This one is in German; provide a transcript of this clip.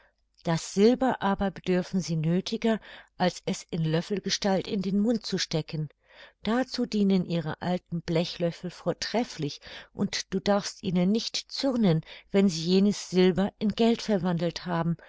das silber aber bedürfen sie nöthiger als es in löffelgestalt in den mund zu stecken dazu dienen ihre alten blechlöffel vortrefflich und du darfst ihnen nicht zürnen wenn sie jenes silber in geld verwandelt haben